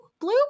Blue